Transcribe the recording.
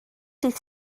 dydd